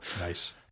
Nice